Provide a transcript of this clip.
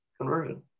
Conversion